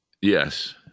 yes